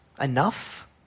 enough